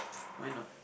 why not